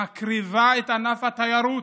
מקריבה את ענף התיירות.